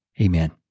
amen